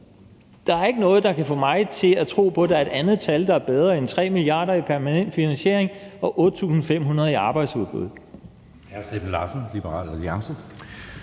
Der er ikke noget, der kan få mig til at tro på, at der er et andet tal, der er bedre end 3 mia. kr. i permanent finansiering og 8.500 i arbejdsudbud.